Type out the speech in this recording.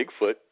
Bigfoot